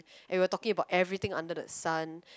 and we are talking about everything under the sun